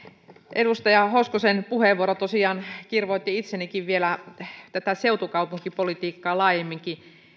edustaja hoskosen puheenvuoro tosiaan kirvoitti itsenikin vielä tätä seutukaupunkipolitiikkaa laajemminkin